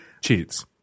Cheats